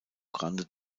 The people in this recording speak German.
grande